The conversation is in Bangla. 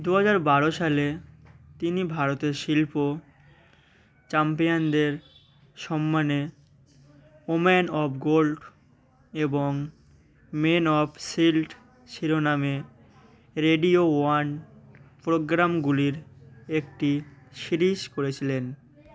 দু হাজার বারো সালে তিনি ভারতের শিল্প চাম্পিয়ানদের সম্মানে ওম্যেন অফ গোল্ড এবং মেন অফ শিল্ড শিরোনামে রেডিও ওয়ান প্রোগ্রামগুলির একটি সিরিজ করেছিলেন